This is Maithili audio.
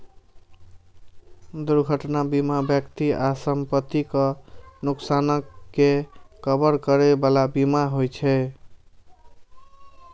दुर्घटना बीमा व्यक्ति आ संपत्तिक नुकसानक के कवर करै बला बीमा होइ छे